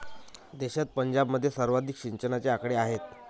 देशात पंजाबमध्ये सर्वाधिक सिंचनाचे आकडे आहेत